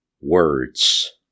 Words